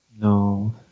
No